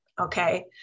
okay